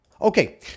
Okay